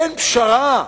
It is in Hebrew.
אין פשרה,